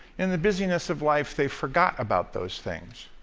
in the business of life, they forgot about those things.